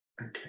Okay